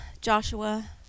Joshua